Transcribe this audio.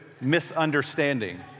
misunderstanding